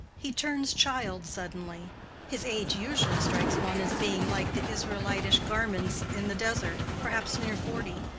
he turns child suddenly his age usually strikes one as being like the israelitish garments in the desert, perhaps near forty,